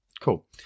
cool